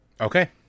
Okay